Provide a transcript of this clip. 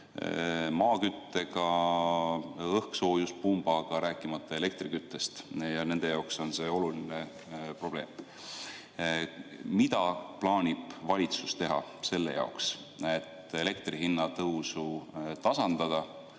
maaküttega või õhksoojuspumbaga, rääkimata elektriküttest. Nende jaoks on see oluline probleem. Mida plaanib valitsus teha selle jaoks, et elektri hinna tõusu erinevates